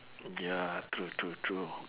ya true true true